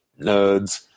nerds